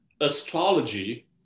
astrology